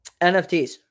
NFTs